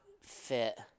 fit